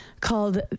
called